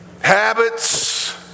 Habits